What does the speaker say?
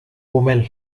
umel